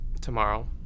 Tomorrow